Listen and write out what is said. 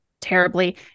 terribly